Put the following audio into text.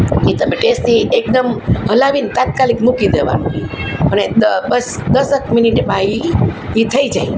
એ તમે ટેસથી એકદમ હલાવીને તાત્કાલિક મૂકી દેવાનું અને બસ દસેક મિનિટમાં એ એ થઈ જાય